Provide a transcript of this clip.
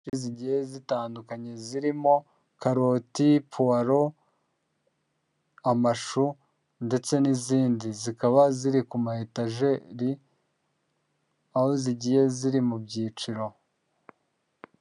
Imboga zigiye zitandukanye zirimo karoti, puwaro, amashu ndetse n'izindi, zikaba ziri kuma etageri aho zigiye ziri mu byiciro.